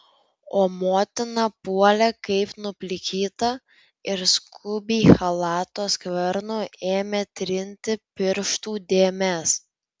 o motina puolė kaip nuplikyta ir skubiai chalato skvernu ėmė trinti pirštų dėmes